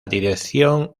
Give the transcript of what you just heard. dirección